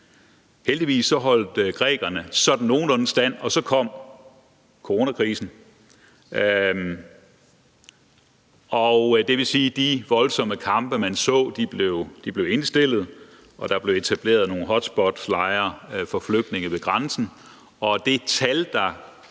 Heldigvis holdt grækerne sådan nogenlunde stand, og så kom coronakrisen. Det vil sige, at de voldsomme kampe, man så, blev indstillet, og der blev etableret nogle hotspot-lejre for flygtninge ved grænsen.